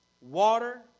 water